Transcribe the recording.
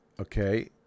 okay